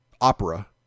opera